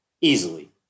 easily